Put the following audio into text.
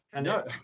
no